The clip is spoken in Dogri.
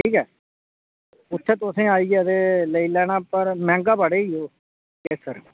ठीक ऐ उत्थें तुसें आइयै ते लेई लैना पर मैंह्गा बड़ा ई ओह् केसर